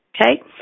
okay